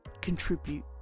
contribute